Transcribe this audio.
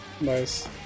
Nice